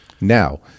Now-